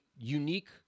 unique